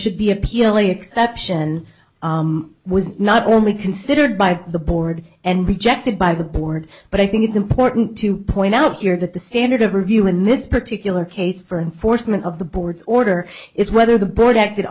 should be appealing exception was not only considered by the board and rejected by the board but i think it's important to point out here that the standard of review in this particular case for enforcement of the board's order is whether the board acted